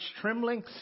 trembling